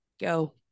Go